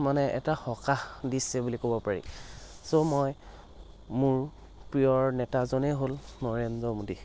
মানে এটা সকাহ দিছে বুলি ক'ব পাৰি ছ' মই মোৰ প্ৰিয় নেতাজনেই হ'ল নৰেন্দ্ৰ মোদী